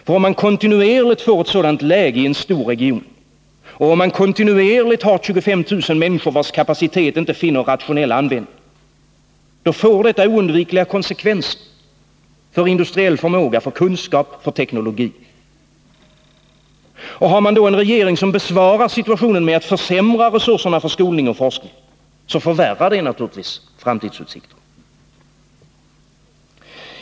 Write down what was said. Har man ständigt en sådan situation i en stor region och saknas det ständigt rationell sysselsättning för 25 000 människors kapacitet, får det oundvikliga konsekvenser för industriell förmåga, kunskap och teknologi. Och har man då en regering som minskar resurserna för skolning och forskning, förvärras naturligtvis framtidsutsikterna.